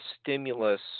stimulus